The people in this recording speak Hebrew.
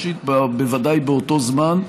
בוודאי באותו זמן.